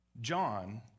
John